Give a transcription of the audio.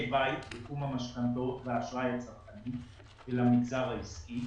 בית בתחום המשכנתאות והאשראי הצרכני למגזר העסקי.